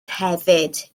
hefyd